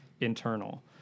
internal